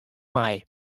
mei